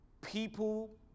people